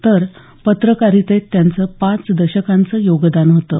तर पत्रकारितेत त्यांचं पाच दशकाच योगदान होतं